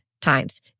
times